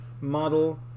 model